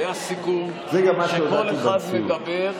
היה סיכום שכל אחד מדבר.